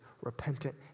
repentant